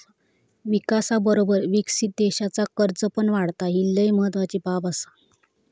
विकासाबरोबर विकसित देशाचा कर्ज पण वाढता, ही लय महत्वाची बाब आसा